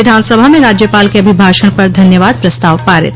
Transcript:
विधानसभा में राज्यपाल के अभिभाषण पर धन्यवाद प्रस्ताव पारित